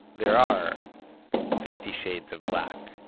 there are fifty shades of black